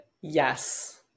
yes